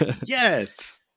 Yes